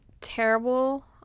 Terrible